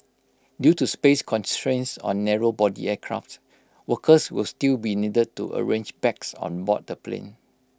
due to space constraints on narrow body aircraft workers will still be needed to arrange bags on board the plane